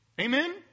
Amen